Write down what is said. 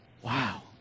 wow